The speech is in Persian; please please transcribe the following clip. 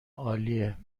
عالیه